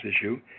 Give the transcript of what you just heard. issue